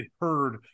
heard –